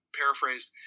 paraphrased